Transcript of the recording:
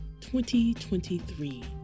2023